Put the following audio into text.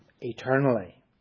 eternally